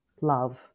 love